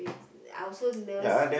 I also never s~